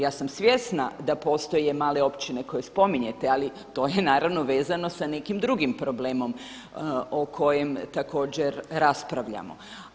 Ja sam svjesna da postoje male općine koje spominjete ali to je vezano sa nekim drugim problemom o kojem također raspravljamo.